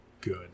good